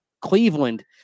Cleveland